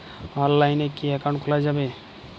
অনলাইনে কি অ্যাকাউন্ট খোলা যাবে?